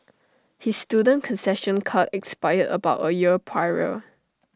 his student concession card expired about A year prior